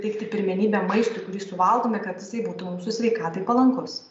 teikti pirmenybę maistui kurį suvalgome kad jisai būtų mūsų sveikatai palankus